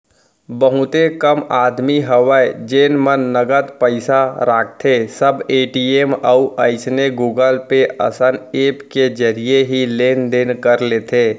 बहुते कम आदमी हवय जेन मन नगद पइसा राखथें सब ए.टी.एम अउ अइसने गुगल पे असन ऐप के जरिए ही लेन देन कर लेथे